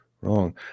wrong